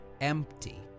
empty